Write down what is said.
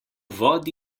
vodi